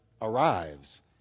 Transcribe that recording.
arrives